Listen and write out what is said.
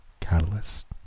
Catalyst